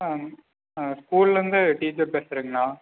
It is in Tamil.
ஆ ஆ ஸ்கூல்லேந்து டீச்சர் பேசுறங்கண்ணா